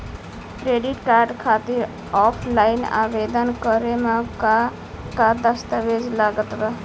Credit card खातिर offline आवेदन करे म का का दस्तवेज लागत बा?